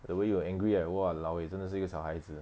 the way you angry eh !walao! eh 真的是一个小孩子